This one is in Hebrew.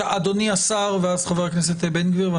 אדוני השר, בבקשה.